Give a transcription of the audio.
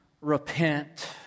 repent